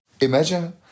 Imagine